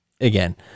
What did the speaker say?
again